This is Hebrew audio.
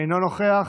אינו נוכח,